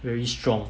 very strong